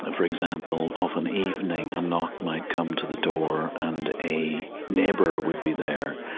ah for example, of an evening, a knock might come to the door, and a neighbor would be there,